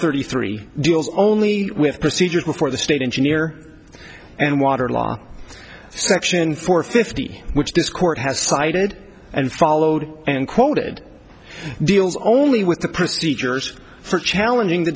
thirty three deals only with procedure before the state engineer and water law section four fifty which dischord has cited and followed and quoted deals only with the procedures for challenging the